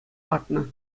лартнӑ